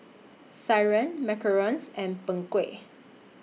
Sireh Macarons and Png Kueh